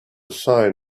sign